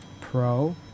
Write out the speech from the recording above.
Pro